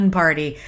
party